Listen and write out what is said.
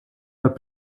pas